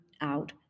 out